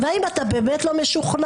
האם אתה באמת לא משוכנע?